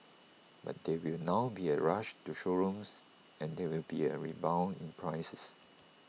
but there will now be A rush to showrooms and there will be A rebound in prices